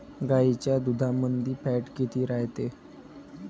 गाईच्या दुधामंदी फॅट किती रायते?